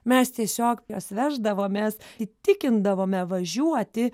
mes tiesiog juos veždavomės įtikindavome važiuoti